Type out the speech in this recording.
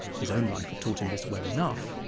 his own life had taught him this well enough.